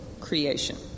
creation